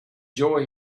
joy